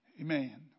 Amen